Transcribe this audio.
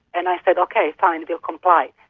and i said, ok, fine, we'll comply,